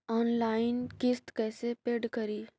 Online किस्त कैसे paid करि?